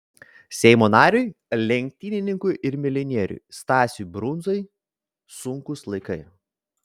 seimo nariui lenktynininkui ir milijonieriui stasiui brundzai sunkūs laikai